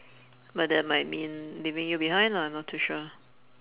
but that might mean leaving you behind lah I'm not too sure